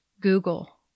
Google